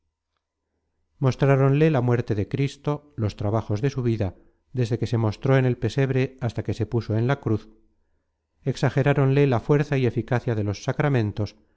paga mostráronle la muerte de cristo los trabajos de su vida desde que se mostró en el pesebre hasta que se puso en la cruz exageráronle la fuerza y eficacia de los sacramentos